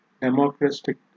democratic